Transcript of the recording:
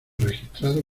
registrado